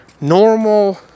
normal